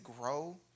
grow